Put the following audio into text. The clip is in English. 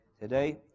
today